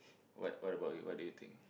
what what about you what do you think